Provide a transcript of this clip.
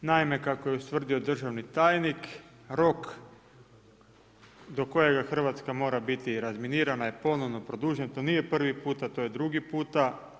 Naime, kako je ustvrdio državni tajnik, rok do kojega Hrvatska mora biti razminirana je ponovno produžen, to nije prvi puta, to je drugi puta.